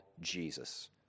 Jesus